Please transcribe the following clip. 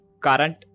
current